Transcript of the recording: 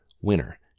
winner